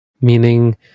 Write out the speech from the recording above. meaning